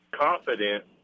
confident